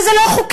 וזה לא חוקי.